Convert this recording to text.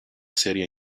serie